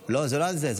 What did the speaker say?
לא, זה לא על זה.